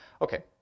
Okay